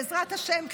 בעזרת השם,